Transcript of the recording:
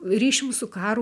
ryšium su karu